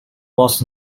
was